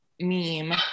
meme